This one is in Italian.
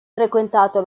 frequentato